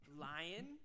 Lion